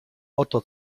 oto